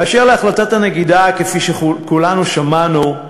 באשר להחלטת הנגידה, כפי שכולנו שמענו,